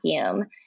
vacuum